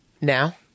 Now